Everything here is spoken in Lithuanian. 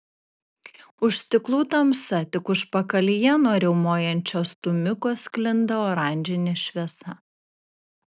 už stiklų tamsa tik užpakalyje nuo riaumojančio stūmiko sklinda oranžinė šviesa